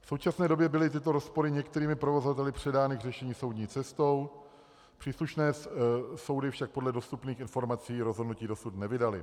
V současné době byly tyto rozpory některými provozovateli předány k řešení soudní cestou, příslušné soudy však podle dostupných informací rozhodnutí dosud nevydaly.